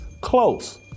close